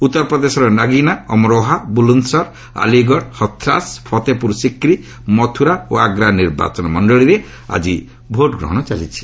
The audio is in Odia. ଉତ୍ତରପ୍ରଦେଶର ନାଗିନା ଅମରୋହା ବୁଲନ୍ଦସର ଆଲିଗଡ ହଥ୍ରାସ ଫତେପୁର ସିକ୍ରି ମଥୁରା ଓ ଆଗ୍ରା ନିର୍ବାଚନମଣ୍ଡଳୀରେ ଆଜି ଭୋଟ୍ଗ୍ରହଣ ଚାଲିଛି